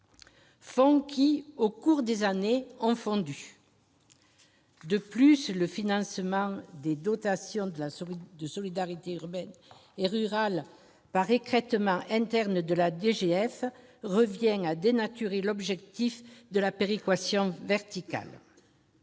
fonds, qui, au fil des années, ont fondu. De plus, le financement des dotations de solidarité urbaine et rurale par écrêtement interne de la DGF revient à dénaturer l'objectif de la péréquation verticale,